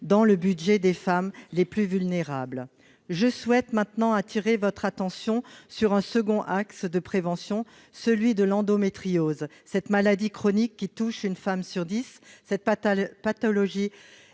dans le budget des femmes les plus vulnérables. Je souhaite maintenant attirer votre attention sur un second axe de prévention, l'endométriose, une maladie chronique qui touche une femme sur dix. Cette pathologie,